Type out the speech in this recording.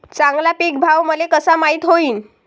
चांगला पीक भाव मले कसा माइत होईन?